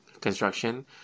construction